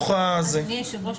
אדוני היושב ראש,